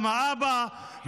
גם האבא.